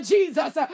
Jesus